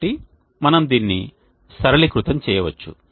కాబట్టి మనం దీన్ని సరళీకృతం చేయవచ్చు